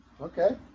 Okay